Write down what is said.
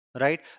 right